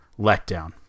letdown